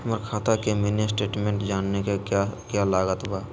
हमरा खाता के मिनी स्टेटमेंट जानने के क्या क्या लागत बा?